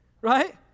right